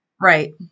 Right